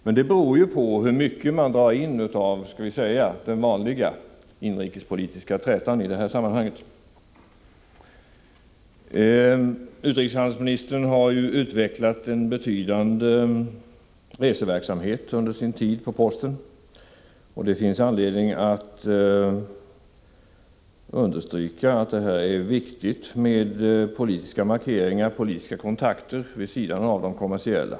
Men det beror på hur mycket av den, skall vi säga vanliga, politiska trätan man drar in i sammanhanget. Utrikeshandelsministern har under sin tid på posten utvecklat en betydande reseverksamhet, och det finns anledning att understryka att det är viktigt med politiska markeringar, med politiska kontakter vid sidan av de kommersiella.